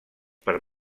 per